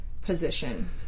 position